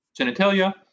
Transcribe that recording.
Genitalia